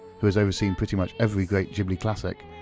who has overseen pretty much every great ghibli classic,